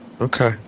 Okay